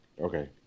Okay